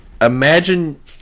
Imagine